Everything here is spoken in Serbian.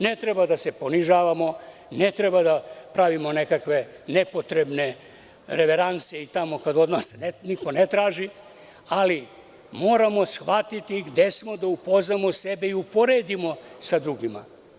Ne treba da se ponižavamo, ne treba da pravimo neke nepotrebne reveranse kad od nas niko ne traži, ali moramo shvatiti gde smo, da upoznamo sebe i uporedimo sa drugima.